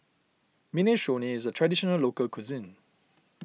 Minestrone is a Traditional Local Cuisine